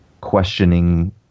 questioning